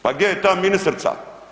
Pa gdje je ta ministrica?